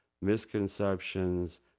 misconceptions